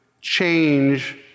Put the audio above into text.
change